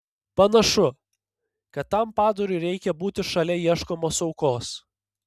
panašu kad tam padarui reikia būti šalia ieškomos aukos